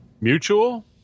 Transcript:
mutual